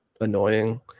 annoying